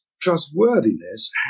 trustworthiness